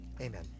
amen